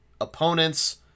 opponents